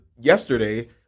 yesterday